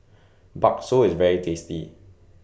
Bakso IS very tasty